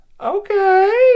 Okay